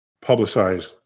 publicized